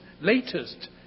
latest